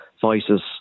voices